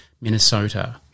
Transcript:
Minnesota